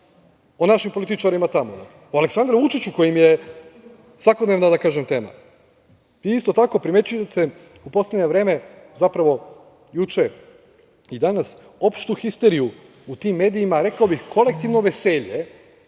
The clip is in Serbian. o našim političarima tamo, o Aleksandru Vučiću koji im je svakodnevno tema. Isto tako, primećujete u poslednje vreme, zapravo juče i danas opštu histeriju i tim medijima, rekao bih kolektivno veselje.